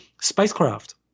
spacecraft